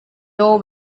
door